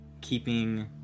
keeping